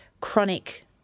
chronic